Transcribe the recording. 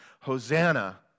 Hosanna